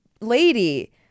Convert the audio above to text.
Lady